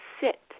sit